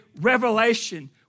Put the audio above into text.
revelation